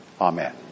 Amen